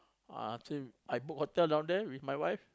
I ask him I book hotel down there with my wife